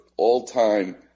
all-time